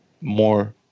more